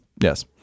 Yes